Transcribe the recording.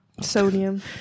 sodium